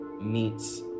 meets